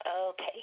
Okay